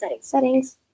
settings